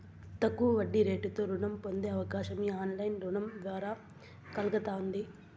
తక్కువ వడ్డీరేటుతో రుణం పొందే అవకాశం ఈ ఆన్లైన్ రుణం ద్వారా కల్గతాంది